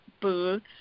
booth